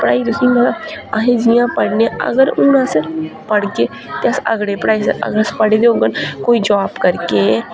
पढ़ाई तुसेंगी पता अज्ज अहें जि'यां पढ़ने आं हून अस पढ़गे ते अगलें गी पढ़ाई सकदे अगर अस पढ़े दे होङन कोई जॉब करगे